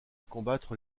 combattre